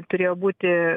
turėjo būti